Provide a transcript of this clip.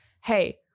Hey